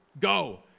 go